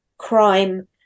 crime